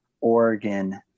Oregon